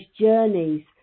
journeys